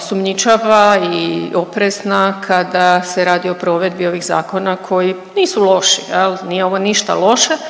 sumnjičava i oprezna kada se radi o provedbi ovih zakona koji nisu loši. Nije ovo ništa loše,